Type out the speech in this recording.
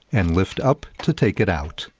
and lift up to take it out.